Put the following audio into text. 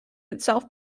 itself